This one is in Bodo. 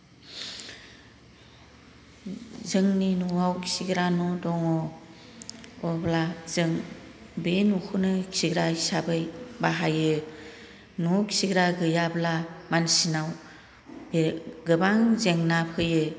जोंनि न'आव खिग्रा न' दङ अब्ला जों बे न'खौनो खिग्रा हिसाबै बाहायो न' खिग्रा गैयाब्ला मानसिनाव गोबां जेंना फैयो